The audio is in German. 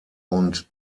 und